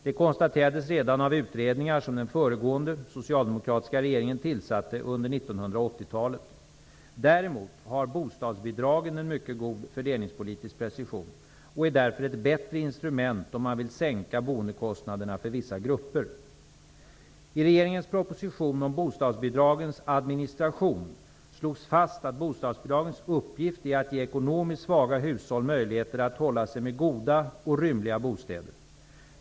Det konstaterades redan av utredningar som den föregående socialdemokratiska regeringen tillsatte under 1980-talet. Däremot har bostadsbidragen en mycket god fördelningspolitisk precision och är därför ett bättre instrument om man vill sänka boendekostnaderna för vissa grupper. I regeringens proposition om bostadsbidragens administration slogs fast att bostadsbidragens uppgift är att ge ekonomiskt svaga hushåll möjligheter att hålla sig med goda och rymliga bostäder.